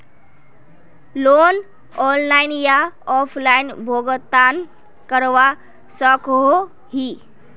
Loan online या offline भुगतान करवा सकोहो ही?